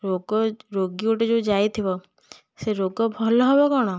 ରୋଗ ରୋଗୀ ଗୋଟେ ଯେଉଁ ଯାଇଥିବ ସେ ରୋଗ ଭଲ ହେବ କ'ଣ